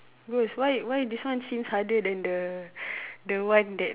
why why this one seems harder than the the one that